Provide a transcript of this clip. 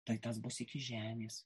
tai tas bus iki žemės